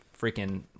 freaking